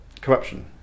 corruption